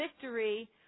victory